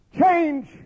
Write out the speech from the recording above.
change